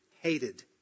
hated